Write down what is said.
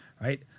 right